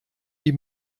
die